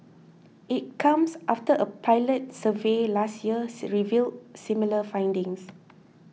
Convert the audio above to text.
it comes after a pilot survey last year revealed similar findings